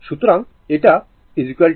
সুতরাং এটা 10 ভোল্ট